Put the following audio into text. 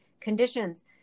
conditions